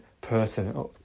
person